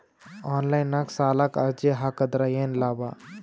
Online ನಾಗ್ ಸಾಲಕ್ ಅರ್ಜಿ ಹಾಕದ್ರ ಏನು ಲಾಭ?